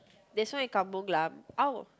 there's one in Kampung Glam I'll